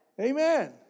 Amen